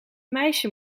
meisje